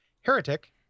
heretic